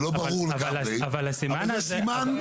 זה לא ברור לגמרי אבל זה סימן.